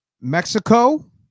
Mexico